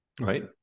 right